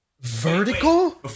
Vertical